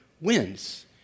wins